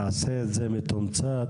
תעשה את זה מתומצת,